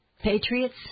patriots